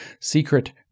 secret